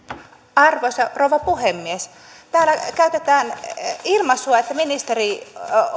arvoisa rouva puhemies kun täällä käytetään ilmaisua että ministeri